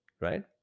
right